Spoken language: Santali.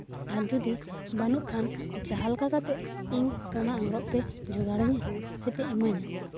ᱟᱨ ᱡᱩᱫᱤ ᱵᱟᱹᱱᱩᱜ ᱠᱷᱟᱱ ᱡᱟᱦᱟᱸ ᱞᱮᱠᱟ ᱠᱟᱛᱮᱜ ᱤᱧ ᱚᱱᱟ ᱟᱝᱨᱚᱵᱽ ᱯᱮ ᱡᱚᱜᱟᱲ ᱟᱹᱧᱟᱹ ᱥᱮ ᱯᱮ ᱤᱢᱟᱹᱧᱟ